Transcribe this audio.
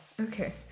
Okay